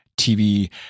TV